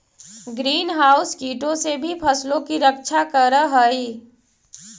green house कीटों से भी फसलों की रक्षा करअ हई